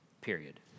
period